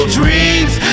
dreams